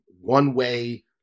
one-way